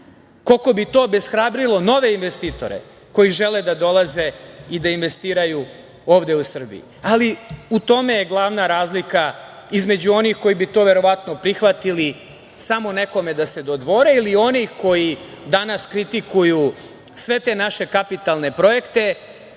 Koliko bi to obeshrabrilo nove investitore koji žele da dolaze i da investiraju ovde u Srbiji? Ali, u tome je glavna razlika između onih koji bi to verovatno prihvatili samo nekome da se dodvore ili onih koji danas kritikuju sve te naše kapitalne projekte,